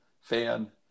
fan